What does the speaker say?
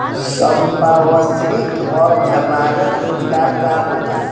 संपार्श्विक और जमानत रोजगार का होला?